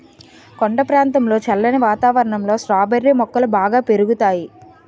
కొండ ప్రాంతంలో చల్లని వాతావరణంలో స్ట్రాబెర్రీ మొక్కలు బాగా పెరుగుతాయి